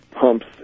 pumps